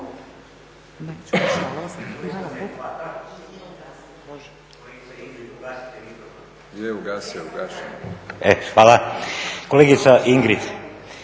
Hvala.